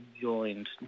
joined